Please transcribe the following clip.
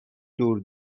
دور